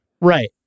Right